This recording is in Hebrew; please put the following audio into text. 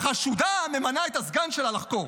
החשודה ממנה את הסגן שלה לחקור.